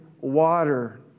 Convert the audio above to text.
water